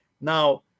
Now